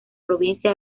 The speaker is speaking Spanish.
provincia